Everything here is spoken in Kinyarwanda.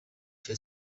cya